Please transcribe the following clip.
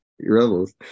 Rebels